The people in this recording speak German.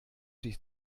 dich